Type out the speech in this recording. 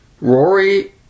Rory